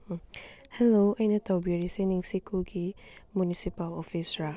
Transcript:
hello ꯑꯩꯅ ꯇꯧꯕꯤꯔꯤꯁꯦ ꯅꯤꯡꯁꯤꯡꯈꯨꯜꯒꯤ ꯃꯨꯅꯤꯁꯤꯄꯥꯜ ꯑꯣꯐꯤꯁꯔꯥ